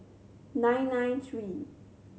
nine nine three